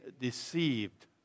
deceived